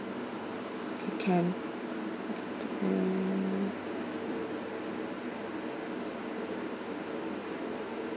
c~ can can